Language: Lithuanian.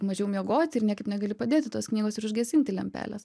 mažiau miegoti ir niekaip negali padėti tos knygos ir užgesinti lempelės